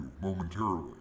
momentarily